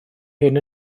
hyn